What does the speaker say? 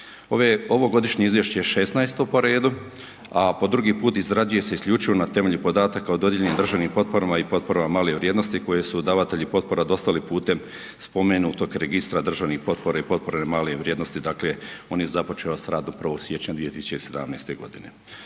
Ovo godišnje izvješće je 16. po redu, a po drugi put izrađuje se isključivo na temelju podataka o dodijeljenim državnim potporama i potporama male vrijednosti koje su davatelji potpora dostavili putem spomenutog Registra državnih potpora i potpora male vrijednosti. Dakle on je započeo s radom 1. siječnja 2017. godine.